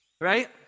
Right